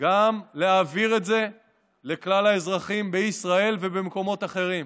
להעביר את זה לכלל האזרחים בישראל ובמקומות אחרים.